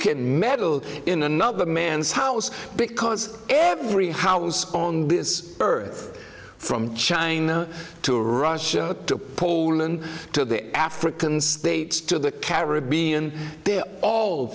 can't meddle in another man's house because every house on this earth from china to russia to poland to the african states to the caribbean they're all